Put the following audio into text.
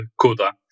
Coda